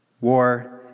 War